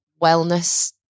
wellness